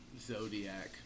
Zodiac